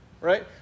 Right